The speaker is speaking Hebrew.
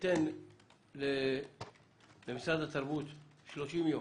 אתן למשרד התרבות 30 יום,